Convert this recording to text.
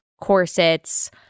corsets